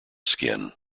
skin